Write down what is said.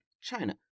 China